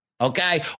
Okay